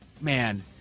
man